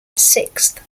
sixth